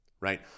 right